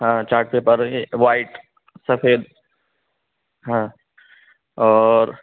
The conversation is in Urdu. ہاں چارٹ پیپر یہ وائٹ سفید ہاں اور